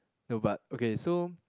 no but okay so